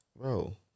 Bro